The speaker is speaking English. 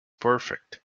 perfect